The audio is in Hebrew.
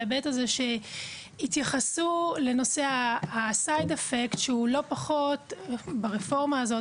בהיבט הזה שהתייחסו לנושא ה-Side Effect ברפורמה הזו,